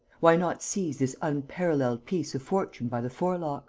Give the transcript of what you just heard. why not seize this unparalleled piece of fortune by the forelock